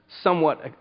somewhat